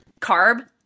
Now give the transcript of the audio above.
carb